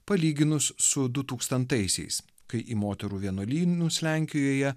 palyginus su du tūkstantaisiais kai į moterų vienuolynus lenkijoje